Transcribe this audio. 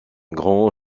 grand